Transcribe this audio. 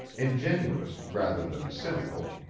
ingenuous rather than cynical,